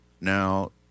Now